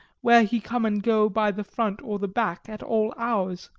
where he come and go by the front or the back at all hour,